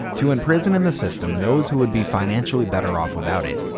to imprison in the system those who would be financially better off without it.